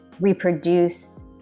reproduce